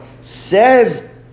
says